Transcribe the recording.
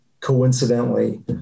coincidentally